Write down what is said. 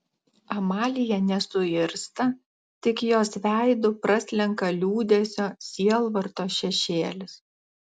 amalija nesuirzta tik jos veidu praslenka liūdesio sielvarto šešėlis